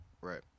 Right